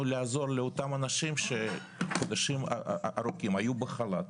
לעזור לאותם אנשים שבמשך חודשים ארוכים היו בחל"ת